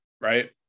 Right